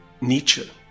Nietzsche